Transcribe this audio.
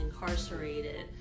incarcerated